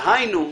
איזורית.